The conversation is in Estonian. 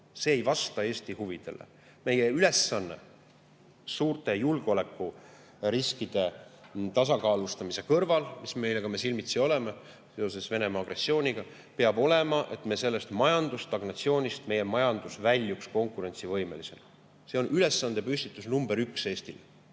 See ei vasta Eesti huvidele. Meie ülesanne suurte julgeolekuriskide tasakaalustamise kõrval, millega me oleme silmitsi seoses Venemaa agressiooniga, peab olema, et sellest majandusstagnatsioonist meie majandus väljuks konkurentsivõimelisena. See on ülesandepüstitus nr 1 Eestile.